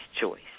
choice